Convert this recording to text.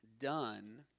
done